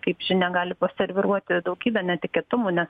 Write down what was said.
kaip žinia gali paserviruoti daugybę netikėtumų ne